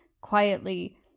Quietly